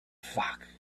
flock